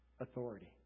authority